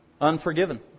unforgiven